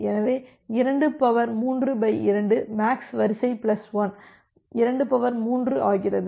எனவே232 max வரிசை plus 1 23 ஆகிறது